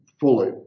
fully